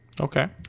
Okay